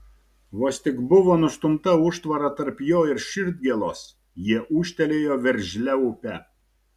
vos tik buvo nustumta užtvara tarp jo ir širdgėlos jie ūžtelėjo veržlia upe